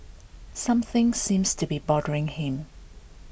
something seems to be bothering him